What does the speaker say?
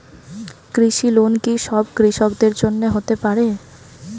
কৃষি লোন কি সব কৃষকদের জন্য হতে পারে?